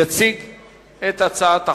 יציג את הצעת החוק,